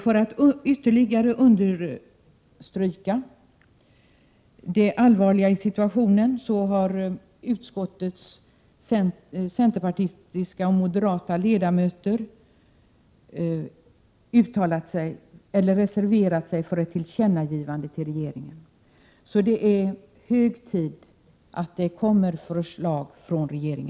För att ytterligare understryka det allvarliga i situationen har utskottets centerpartistiska och moderata ledamöter reserverat sig för ett tillkännagivande till regeringen. Det är hög tid för regeringen att avlämna förslag.